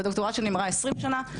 בדוקטורט שלי אני מראה עשרים שנה,